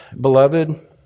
beloved